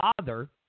father